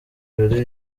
jolly